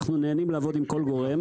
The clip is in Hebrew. אנחנו נהנים לעבוד עם כל גורם,